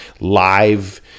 Live